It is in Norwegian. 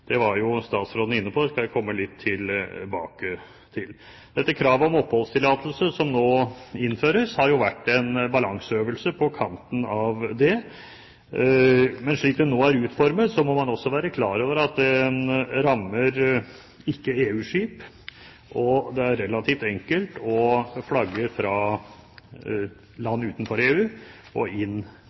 var statsråden inne på, og jeg skal komme litt tilbake til det. Det kravet om oppholdstillatelse som nå innføres, har vært en balanseøvelse på kanten av det, men slik det nå er utformet, må man også være klar over at en rammer ikke-EU-skip, og det er relativt enkelt å flagge fra land utenfor EU og inn